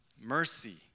mercy